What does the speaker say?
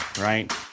right